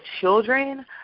children